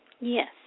Yes